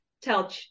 tell